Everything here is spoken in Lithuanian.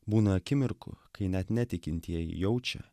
būna akimirkų kai net netikintieji jaučia